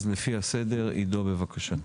אז לפי הסדר, עידו בבקשה.